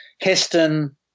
Heston